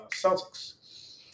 Celtics